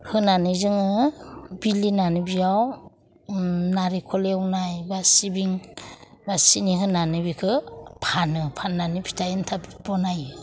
होनानै जोङो बेलिनानै बेयाव नारेंखल एवनाय बा सिबिं बा सिनि होनानै बेखौ फानो फाननानै फिथा एन्थाब बानायो